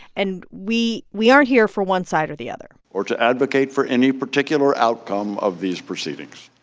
and we we aren't here for one side or the other or to advocate for any particular outcome of these proceedings